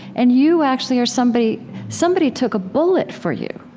and you actually are somebody somebody took a bullet for you.